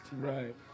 Right